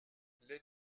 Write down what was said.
les